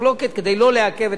כדי שלא לעכב את החקיקה.